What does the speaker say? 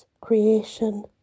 creation